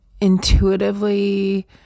intuitively